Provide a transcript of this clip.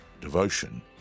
devotion